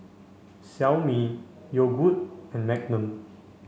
Xiaomi Yogood and Magnum